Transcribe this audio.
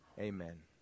Amen